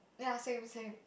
ya same same